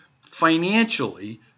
financially